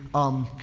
um,